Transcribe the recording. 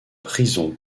prison